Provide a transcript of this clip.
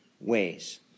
ways